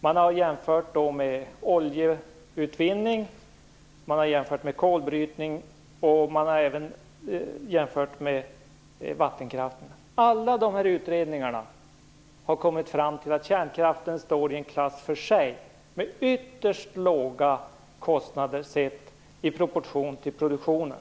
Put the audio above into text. Man har jämfört med oljeutvinning, med kolbrytning och även med vattenkraft. I alla de här utredningarna har man kommit fram till att kärnkraften står i en klass för sig, med ytterst låga kostnader sett i proportion till produktionen.